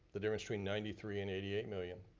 the difference between ninety three and eighty eight million.